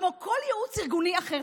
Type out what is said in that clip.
כמו כל ייעוץ ארגוני אחר.